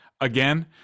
again